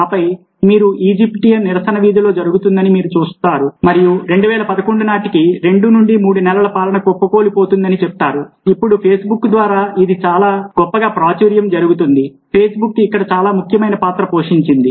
ఆపై మీరు ఈజిప్షియన్ నిరసన వీధిలో జరుగుతుందని మీరు చూప్తారు మరియు 2011 నాటికి 2 నుండి 3 నెలలలో పాలన కుప్పకూలిపోతుందని చెప్తారు ఇప్పుడు Facebook ద్వారా ఇది చాలా గొప్పగా ప్రాచుర్యము జరుగుతుంది Facebook ఇక్కడ చాలా ముఖ్యమైన పాత్ర పోషించింది